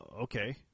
Okay